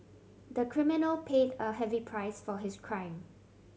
the criminal paid a heavy price for his crime